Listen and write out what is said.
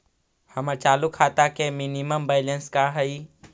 हमर चालू खाता के मिनिमम बैलेंस का हई?